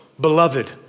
Beloved